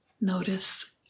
Notice